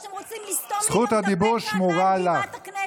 או שאתם רוצים לסתום לי את הפה כאן מעל בימת הכנסת.